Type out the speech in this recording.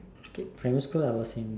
okay primary school I was in